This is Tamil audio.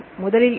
முதலில் எது